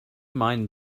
mind